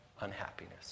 unhappiness